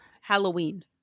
Halloween